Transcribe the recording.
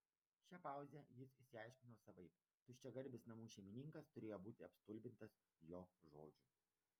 šią pauzę jis išsiaiškino savaip tuščiagarbis namų šeimininkas turėjo būti apstulbintas jo žodžių